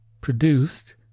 produced